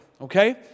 okay